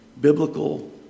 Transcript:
biblical